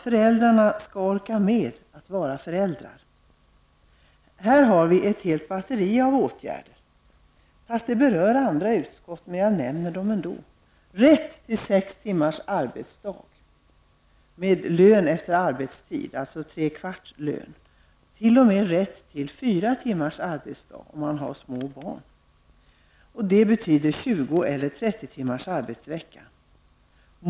Föräldrarna måste få orka med att vara föräldrar. På det området föreslår vi ett helt batteri av åtgärder. Trots att de berör andra utskotts ämnesområden berör jag dem ändå. Vi vill införa rätt till sex timmars arbetsdag med lön efter arbetstid, dvs. tre fjärdedels lön. Den som har små barn bör t.o.m. ha rätt till fyra timmars arbetsdag. Förslagen betyder alltså 20 eller 30 timmars arbetsvecka.